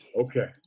Okay